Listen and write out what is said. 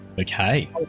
Okay